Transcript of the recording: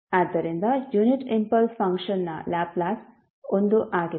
ಆದ್ದರಿಂದ unit impulse ಫಂಕ್ಷನ್ನ Laplace 1 ಆಗಿದೆ